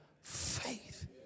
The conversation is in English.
faith